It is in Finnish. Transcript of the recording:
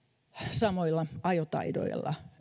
samoilla ajotaidoilla